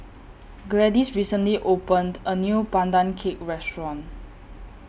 Gladys recently opened A New Pandan Cake Restaurant